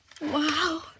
Wow